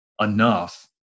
enough